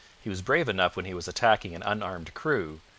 he was brave enough when he was attacking an unarmed crew,